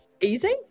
easy